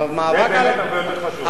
זה באמת הרבה יותר חשוב.